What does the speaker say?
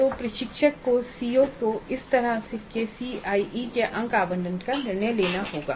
तो प्रशिक्षक को सीओ को इस तरह के सीआईई अंक आवंटन पर निर्णय लेना होगा